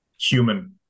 human